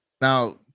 now